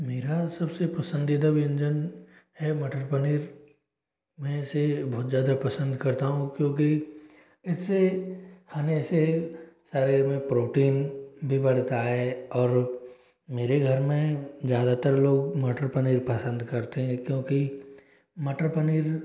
मेरा सबसे पसंदीदा व्यंजन है मटर पनीर मैं इसे बहुत ज्यादा पसंद करता हूँ क्योंकि इसे खाने से शरीर में प्रोटीन भी बढ़ता है और मेरे घर में ज्यादातर लोग मटर पनीर पसंद करते हैं क्योंकि मटर पनीर